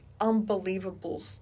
unbelievable